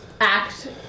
act